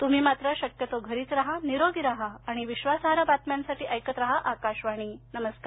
तूम्ही मात्र शक्यतो घरीच राहा निरोगी राहा आणि विश्वासार्ह बातम्यांसाठी ऐकत राहा आकाशवाणी नमस्कार